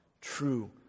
true